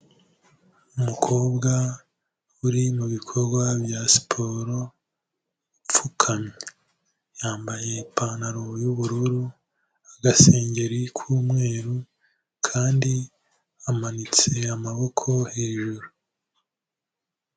Umukobwa uri mu bikorwa bya siporo apfukamye, yambaye ipantaro y'ubururu, agasengeri k'umweru kandi amanitse amaboko hejuru.